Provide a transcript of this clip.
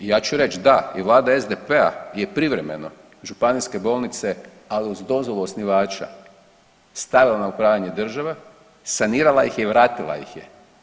I ja ću reći da i vlada SDP-a je privremeno županijske bolnice, ali uz dozvolu osnivača stavila na upravljanje države, sanirala ih je i vratila ih je.